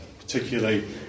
particularly